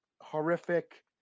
horrific